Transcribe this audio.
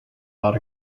bought